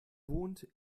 wohnt